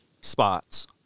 spots